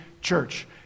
church